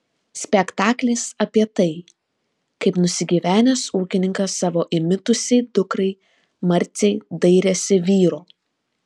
spektaklis apie tai kaip nusigyvenęs ūkininkas savo įmitusiai dukrai marcei dairėsi vyro